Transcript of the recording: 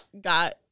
got